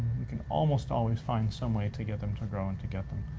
we can almost always find some way to get them to grow and to get them.